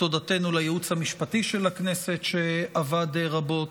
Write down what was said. את תודתנו לייעוץ המשפטי של הכנסת, שעבד רבות,